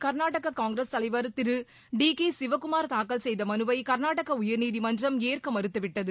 Karnataka Congress தலைவர் Thiru D K Shivakumar தாக்கல் செய்த மனுவை கர்நாடக உயர்நீதிமன்றம் ஏற்க மறுத்துவிட்டது